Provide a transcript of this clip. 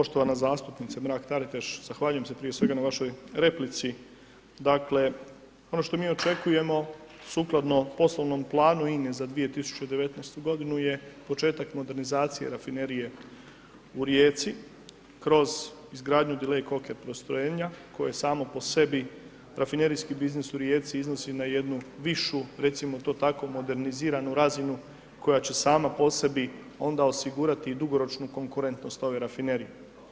Poštovana zastupnice Mrak-Taritaš, zahvaljujem se prije svega na vašoj replici, dakle ono što mi očekujemo sukladno poslovnom planu INE za 2019. godinu je početak modernizacije rafinerije u Rijeci kroz izgradnju Delayed coker postrojenja koje samo po sebi rafinerijski biznis u Rijeci iznosi na jednu višu, recimo to tako, moderniziranu razinu koja će sama po sebi onda osigurati i dugoročnu konkurentnost ove rafinerije.